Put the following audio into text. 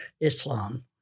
Islam